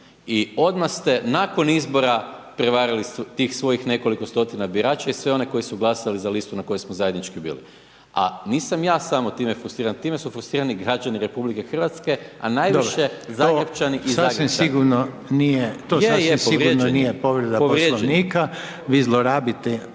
i odmah ste nakon izbora prevarili tih svojih nekoliko stotina birača i sve one koji su glasali za listu na kojoj smo zajednički bili, a nisam ja samo time frustriran, time su frustrirani građani RH, a najviše Zagrepčani i Zagrepčanke…/Upadica: Dobro, to sasvim sigurno nije…/…je, je, povrijeđen je.